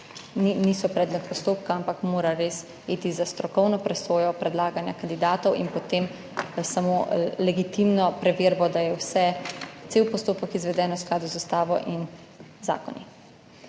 niso predmet postopka, ampak mora res iti za strokovno presojo predlaganja kandidatov in potem samo legitimno preverbo, da je vse, cel postopek izveden v skladu z ustavo in zakoni.